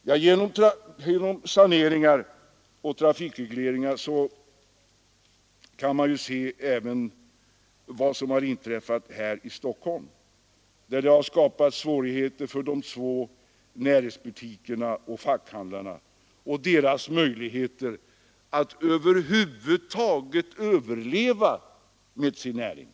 Man kan även se vad som inträffat här i Stockholm på grund av trafiksaneringar och trafikregleringar. Det har här skapats svårigheter för de små närhetsbutikerna och för fackhandlarna, och det har påverkat deras möjligheter att över huvud taget överleva med sin näring.